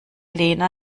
lena